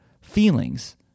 feelings